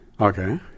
Okay